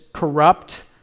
corrupt